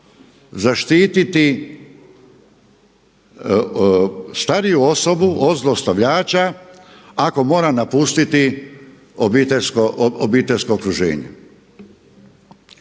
zaštititi stariju osobu od zlostavljača ako mora napustiti obiteljsko okruženje.